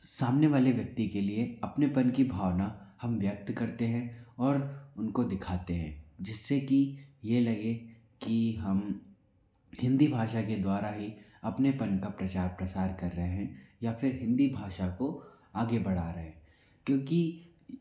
सामने वाले व्यक्ति के लिए अपनेपन की भावना हम व्यक्त करते हैं और उनको दिखाते हैं जिस से कि ये लगे कि हम हिन्दी भाषा के द्वारा ही अपनेपन का प्रचार प्रसार कर रहे हैं या फिर हिन्दी भाषा को आगे बढ़ा रहे क्योंकि